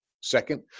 Second